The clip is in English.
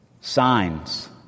Signs